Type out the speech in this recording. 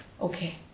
Okay